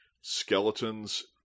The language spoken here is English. skeletons